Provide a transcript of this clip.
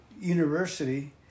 university